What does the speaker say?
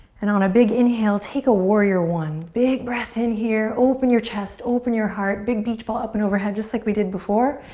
and on a big inhale, take a warrior i. big breath in here, open your chest. open your heart. big beach ball up and overhead just like we did before.